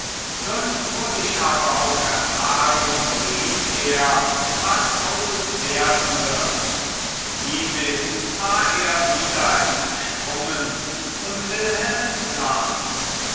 nun muß ich aber auch erfahren rief er was aus uns werden wird hiemit war er wieder entsprungen und wilhelm las